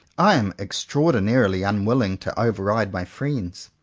i am extraordinarily unwilling to over-ride my friends,